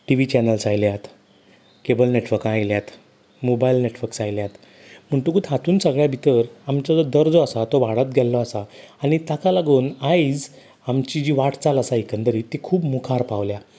T V channels आयल्यात cable नेटवर्कां आयल्यात मोबायल नेटवक्स आयल्यात म्हणटकूत हातून सगल्या भितर आमचो जो दर्जो आसा तो वाडत गेल्लो आसा आनी ताका लागून आयज आमची जी वाटचाल आसा एकंदरीत ती खूब मुखार पावल्या